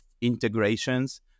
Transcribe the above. integrations